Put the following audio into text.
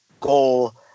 goal